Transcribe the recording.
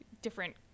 different